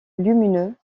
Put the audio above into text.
lumineux